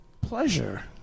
Pleasure